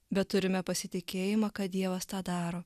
bet turime pasitikėjimą kad dievas tą daro